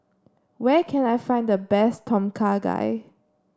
where can I find the best Tom Kha Gai